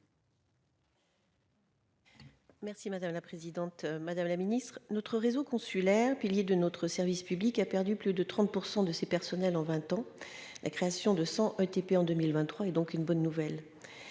Merci madame la présidente, madame la Ministre notre réseau consulaire, pilier de notre service public, a perdu plus de 30 % de ses personnels en 20 ans, la création de 100 ETP en 2023 et donc une bonne nouvelle,